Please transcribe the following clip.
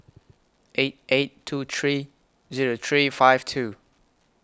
eight eight two three Zero three five two